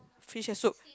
fish head soup